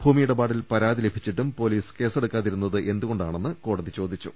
ഭൂമിയിടപാടിൽ പ രാതി ലഭിച്ചിട്ടും പോലീസ് കേസെടുക്കാതിരുന്നത് എന്തുകൊണ്ടെന്നും കോടതി ചോദിച്ചു